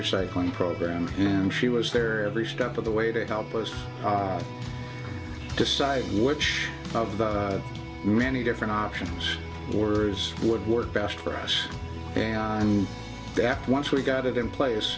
recycling program and she was there every step of the way to help us decide which of the many different options orders would work best for us and that once we got it in place